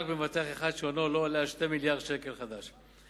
רק במבטח אחד שהונו עולה על 2,000 מיליון שקלים חדשים.